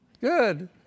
Good